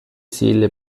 seele